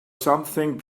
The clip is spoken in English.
something